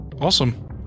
Awesome